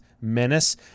Menace